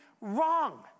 wrong